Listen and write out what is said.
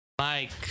Mike